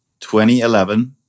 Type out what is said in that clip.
2011